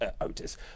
Otis